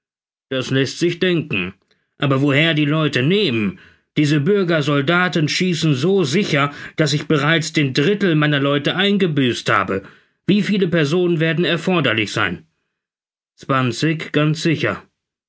das läßt sich denken aber woher die leute nehmen diese bürger soldaten schießen so sicher daß ich bereits den dritten theil meiner leute eingebüßt habe wie viele personen werden erforderlich sein zwanzig ganz sicher